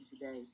today